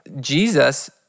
Jesus